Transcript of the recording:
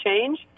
change